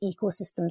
ecosystems